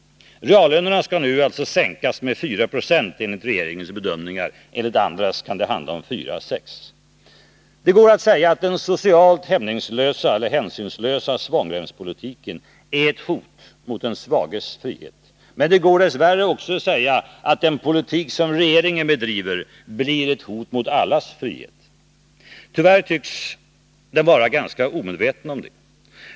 Reallönerna skall nu sänkas med 4 96 enligt regeringens bedömningar — enligt andras kan det handla om 4 å 67. Det går att säga att den socialt hänsynslösa svångremspolitiken är ett hot mot den svages frihet. Men det går dess värre också att säga att den politik som regeringen bedriver blir ett hot mot allas frihet. Tyvärr tycks den vara ganska omedveten om det.